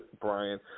Brian